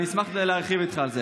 אני אשמח להרחיב איתך על זה.